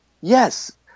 Yes